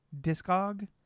discog